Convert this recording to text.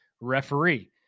referee